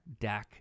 DAC